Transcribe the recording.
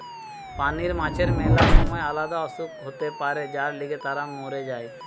পানির মাছের ম্যালা সময় আলদা অসুখ হতে পারে যার লিগে তারা মোর যায়